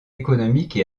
économique